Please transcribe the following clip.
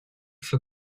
for